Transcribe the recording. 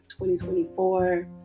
2024